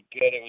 good